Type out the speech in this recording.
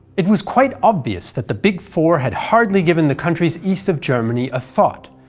it was quite obvious that the big four had hardly given the countries east of germany a thought,